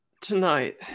tonight